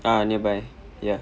ah nearby ya